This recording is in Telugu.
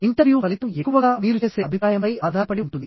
ఇంటర్వ్యూ ఫలితం ఎక్కువగా మీరు చేసే అభిప్రాయంపై ఆధారపడి ఉంటుంది